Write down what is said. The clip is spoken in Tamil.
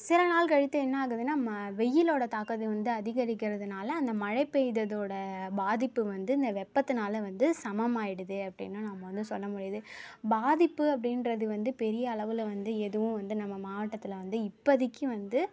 சில நாள் கழித்து என்ன ஆகுதுன்னால் ம வெயிலோடு தாக்கத்தை வந்து அதிகரிக்கிறதுனால் அந்த மழை பெய்ததோட பாதிப்பு வந்து இந்த வெப்பத்தினால வந்து சமமாகிடுது அப்படினும் நம்ம வந்து சொல்ல முடியாது பாதிப்பு அப்படின்றது வந்து பெரிய அளவில் வந்து எதுவும் வந்து நம்ம மாவட்டத்தில் வந்து இப்பதைக்கி வந்து